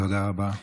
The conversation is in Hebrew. תודה רבה.